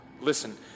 Listen